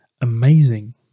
amazing